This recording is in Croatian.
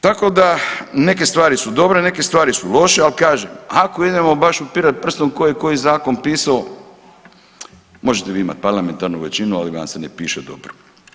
Tako da neke stvari su dobre, neke stvari su loše, ali kažem ako idemo baš upirati prstom tko je koji zakon pisao, možete vi imati parlamentarnu većinu, ali vam se ne piše dobro.